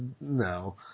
no